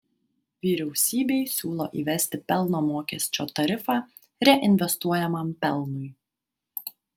vyriausybei siūlo įvesti pelno mokesčio tarifą reinvestuojamam pelnui